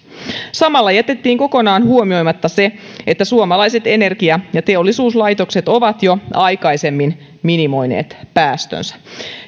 samalla jätettiin kokonaan huomioimatta se että suomalaiset energia ja teollisuuslaitokset ovat jo aikaisemmin minimoineet päästönsä